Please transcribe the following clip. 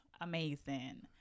amazing